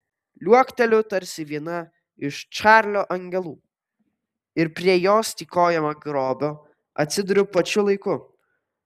liuokteliu tarsi viena iš čarlio angelų ir prie jos tykojamo grobio atsiduriu pačiu laiku